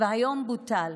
והיום הוא בוטל.